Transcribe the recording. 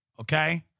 okay